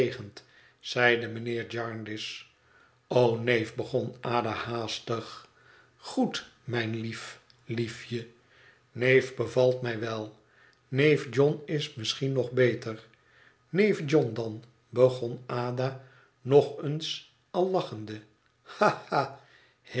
mijnheer jarndyce o neef begon ada haastig goed mijn lief liefje neef bevalt mij wel neef john is misschien nog beter r neef john dan begon ada nog eens al lachende